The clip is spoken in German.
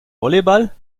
volleyball